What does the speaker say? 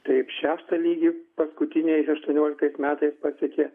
taip šeštą lygį paskutiniais aštuonioliktais metais pasiekė